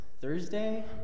Thursday